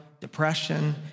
depression